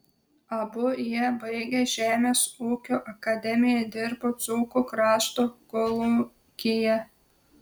abu jie baigę žemės ūkio akademiją dirbo dzūkų krašto kolūkyje